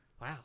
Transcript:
Wow